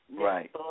Right